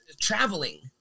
traveling